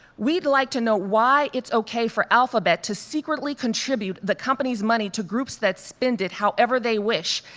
we'd like to know why it's okay for alphabet to secretly contribute the company's money to groups that spend it however they wish,